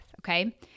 okay